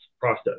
process